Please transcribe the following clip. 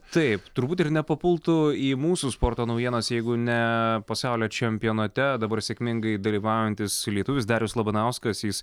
taip turbūt ir nepapultų į mūsų sporto naujienas jeigu ne pasaulio čempionate dabar sėkmingai dalyvaujantis lietuvis darius labanauskas jis